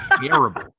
terrible